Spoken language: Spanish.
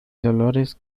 dolores